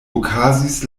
okazis